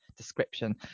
description